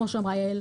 כמו שאמרה יעל,